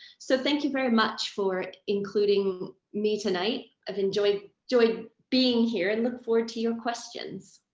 so thank you very much for including me tonight. i've enjoyed enjoyed being here and look forward to your questions.